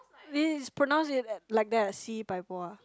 this is pronounce it like that Si-Pai-Por ah